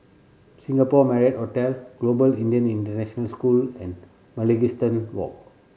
Singapore Marriott Hotel Global Indian International School and Mugliston Walk